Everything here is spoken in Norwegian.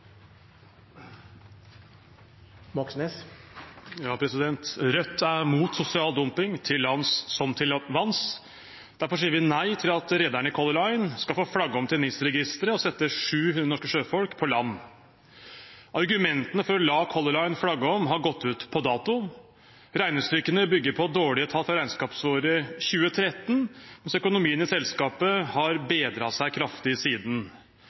sosial dumping, til lands som til vanns. Derfor sier vi nei til at rederne i Color Line skal få flagge om til NIS-registeret og sette 700 norske sjøfolk på land. Argumentene for å la Color Line flagge om har gått ut på dato. Regnestykkene bygger på dårlige tall for regnskapsåret 2013, mens økonomien i selskapet har bedret seg kraftig siden.